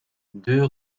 deux